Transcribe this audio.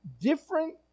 different